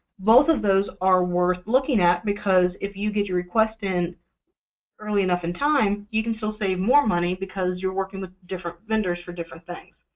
both of those are worth looking at, because if you get your request in early enough in time, you can still save more money, because you're working with different vendors for different things.